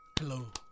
Hello